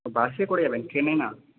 বাসে করে যাবেন ট্রেনে না